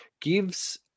gives